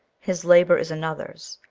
his labour is another's.